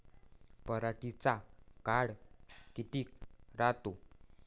पराटीचा काळ किती रायते?